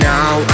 Now